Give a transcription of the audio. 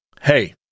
Hey